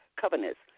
covenants